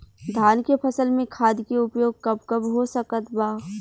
धान के फसल में खाद के उपयोग कब कब हो सकत बा?